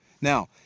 Now